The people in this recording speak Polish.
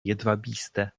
jedwabiste